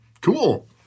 Cool